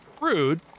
Rude